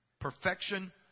Perfection